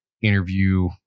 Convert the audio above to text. interview